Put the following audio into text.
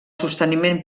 sosteniment